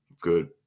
good